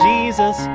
Jesus